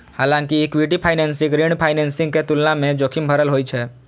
हालांकि equity financing ऋण financing के तुलना मे जोखिम भरल होइ छै